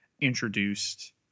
introduced